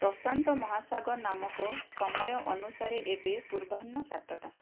ପ୍ରଶାନ୍ତ ମହାସାଗର ନାମକ ସମୟ ଅନୁସାରେ ଏବେ ପୂର୍ବାହ୍ନ ସାତଟା